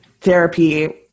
therapy